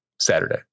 Saturday